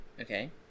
Okay